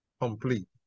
complete